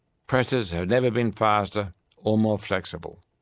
presses have never been faster or more flexible.